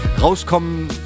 rauskommen